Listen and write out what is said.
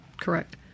Correct